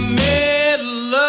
middle